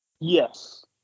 Yes